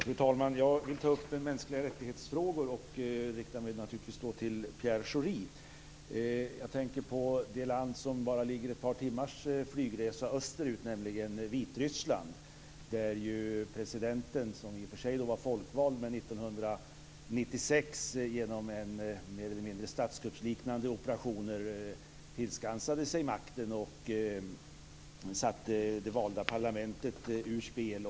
Fru talman! Jag vill ta upp frågan om mänskliga rättigheter och riktar mig då naturligtvis till Pierre Schori. Jag tänker på det land som ligger bara ett par timmars flygresa österut, nämligen Vitryssland där presidenten, som i och för sig är folkvald, 1996 genom mer eller mindre statskuppsliknande operationer tillskansade sig makten och satte det valda parlamentet ur spel.